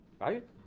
right